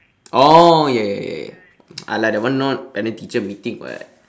oh ya ya ya ya !alah! that one not parent teacher meeting [what]